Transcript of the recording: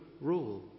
rule